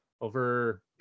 over